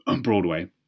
Broadway